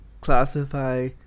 classify